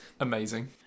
amazing